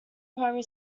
primary